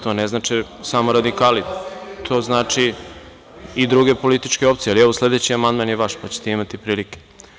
To ne znače samo radikali, to znače i druge političke opcije, ali evo, sledeći amandman je vaš, pa ćete imati prilike.